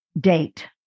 date